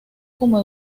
como